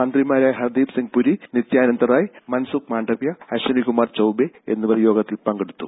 മന്ത്രിമാരായ ഹർദ്ദീപ് സിംഗ് പുരി നിത്യാനന്ദ് റായ് മൻസുഖ് മാണ്ഡവ്യ അശ്വനികുമാർ ചൌബേ എന്നിവർ യോഗത്തിൽ പങ്കെടുത്തു